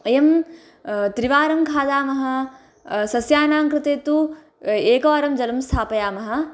वयं त्रिवारं खादामः सस्यानां कृते तु एकवारं जलं स्थापयामः